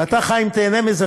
ואתה, חיים, תיהנה מזה.